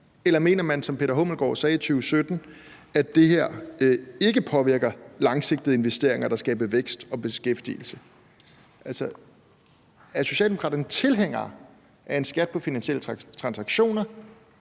eller mener man, som hr. Peter Hummelgaard sagde i 2017, at det her ikke påvirker langsigtede investeringer, der skaber vækst og beskæftigelse? Altså, er Socialdemokraterne tilhængere af en skat på finansielle transaktioner